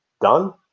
done